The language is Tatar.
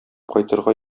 кайтырга